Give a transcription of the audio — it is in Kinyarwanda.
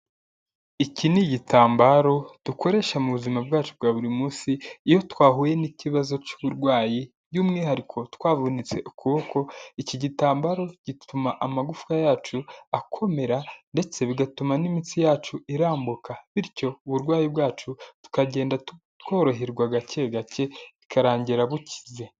Iki ni igitambaro dukoresha mu buzima bwacu bwa buri munsi, iyo twahuye n'ikibazo cy'uburwayi, by'umwihariko twavunitse ukuboko, iki gitambaro gituma amagufwa yacu akomera, ndetse bigatuma n'imitsi yacu irambuka, bityo uburwayi bwacu tukagenda tworoherwa gake gake bikarangira bukize.